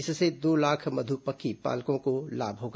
इससे दो लाख मधुमक्खी पालकों को लाभ होगा